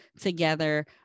together